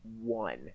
one